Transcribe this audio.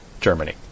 Germany